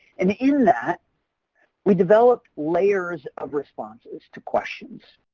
and in that we developed layers of responses to questions,